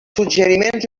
suggeriments